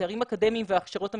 התארים האקדמיים וההכשרות המקצועיות.